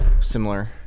Similar